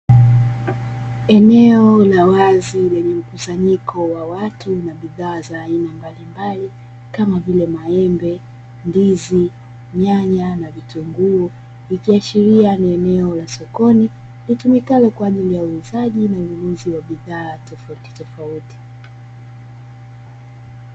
Eneo la wazi lenye mkusanyiko wa watu na bidhaa za aina mbalimbali kama vile; maembe, ndizi, nyanya, vitunguu ikiashiria ni eneo la sokoni linalotumika kwa ajili ya uuzaji na ununuzi wa bidhaa tofautitofauti.